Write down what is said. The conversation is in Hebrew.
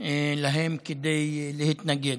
כדי להתנגד.